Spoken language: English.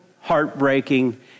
heartbreaking